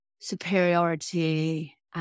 superiority